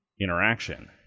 interaction